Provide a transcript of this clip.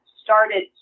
started